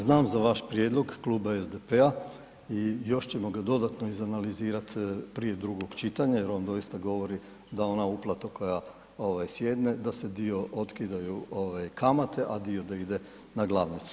Znam za vaš prijedlog Kluba SDP-a i još ćemo ga dodatno iz analizirati prije drugog čitanja jer on doista govori da ona uplata koja ovaj sjedne da se dio otkidaju kamate, a dio da ide na glavnicu.